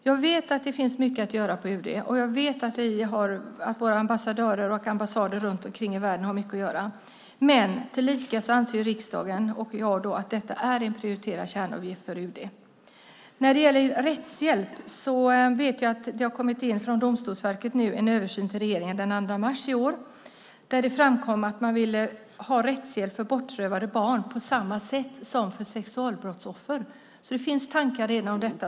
Jag vet att det finns mycket att göra på UD. Jag vet att våra ambassadörer och ambassader runt omkring i världen har mycket att göra. Men riksdagen och jag anser att detta en prioriterad kärnuppgift för UD. När det gäller rättshjälp vet jag att det har kommit in en översyn från Domstolsverket till regeringen den 2 mars i år, där det framkom att man ville ha rättshjälp för bortrövade barn på samma sätt som för sexualbrottsoffer. Det finns redan tankar om detta.